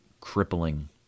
crippling